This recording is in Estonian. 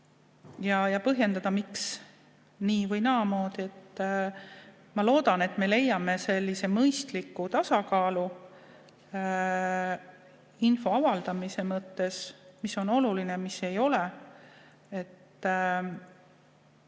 ja põhjendada, miks nii‑ või naamoodi. Ma loodan, et me leiame sellise mõistliku tasakaalu info avaldamise mõttes, et mis on oluline ja mis ei ole.